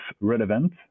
relevant